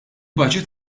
baġit